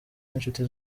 n’inshuti